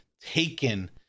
taken